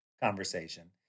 conversation